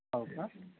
हो का